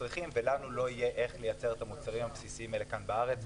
ואז לנו לא יהיה איך לייצר את המוצרים הבסיסיים האלה כאן בארץ.